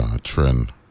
trend